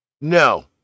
No